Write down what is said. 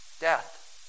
death